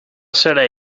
seré